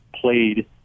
played